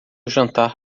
jantar